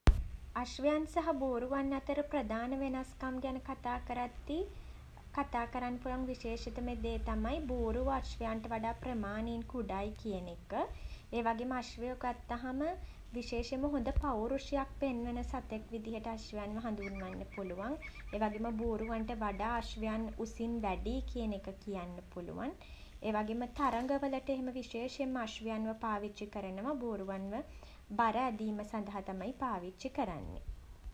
අශ්වයන් සහ බූරුවන් අතර ප්‍රධාන වෙනස්කම් ගැන කතා කරද්දී කතා කරන්න පුළුවන් විශේෂිතම දේ තමයි බූරුවා අශ්වයාට වඩා ප්‍රමාණයෙන් කුඩායි කියන එක. ඒ වගේම අශ්වයෝ ගත්තහම විශේෂයෙන්ම හොඳ පෞරුෂයක් පෙන්නන සතෙක් විදියට අශ්වයන්ව හඳුන්වන්න පුළුවන්. ඒ වගේම බූරුවන්ට වඩා අශ්වයන් උසින් වැඩියි කියන එක කියන්න පුළුවන්. ඒ වගේම තරඟ වලට එහෙම විශේෂයෙන්ම අශ්වයන්ව පාවිච්චි කරනවා. බූරුවන්ව බර ඇදීම සඳහා තමයි පාවිච්චි කරන්නේ.